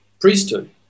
priesthood